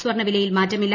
സ്വർണ്ണവിലയിൽ മാറ്റമില്ല